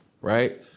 right